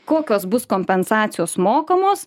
kokios bus kompensacijos mokamos